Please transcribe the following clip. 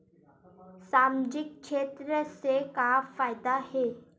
सामजिक क्षेत्र से का फ़ायदा हे?